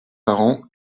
parents